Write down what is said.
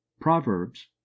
Proverbs